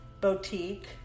Boutique